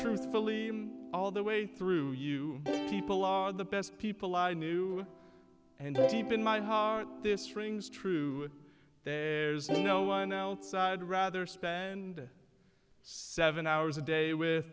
truthfully all the way through you people are the best people i knew and deep in my heart this rings true no one outside rather spend seven hours a day with